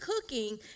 cooking